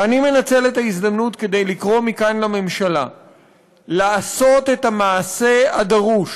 ואני מנצל את ההזדמנות כדי לקרוא מכאן לממשלה לעשות את המעשה הדרוש: